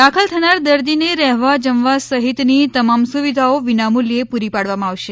દાખલ થનાર દર્દીને રહેવા જમવા સહિતની તમામ સુવિધાઓ વિના મુલ્લ્ચે પૂરી પાડવામાં આવશે